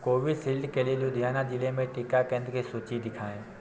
Covishield के लिए लुधियाना जिले में टीका केंद्र की सूची दिखाएँ